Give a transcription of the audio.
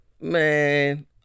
man